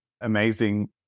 amazing